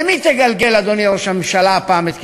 למי תגלגל, אדוני ראש הממשלה, הפעם את כישלונך?